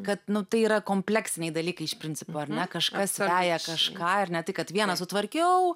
kad tai yra kompleksiniai dalykai iš principo ar ne kažkas veja kažką ir ne tai kad vieną sutvarkiau